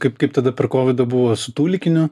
kaip kaip tada per kovidą buvo su tūlikiniu